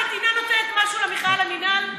המדינה נותנת משהו למכללה למינהל?